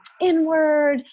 inward